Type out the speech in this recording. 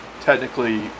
technically